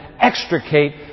extricate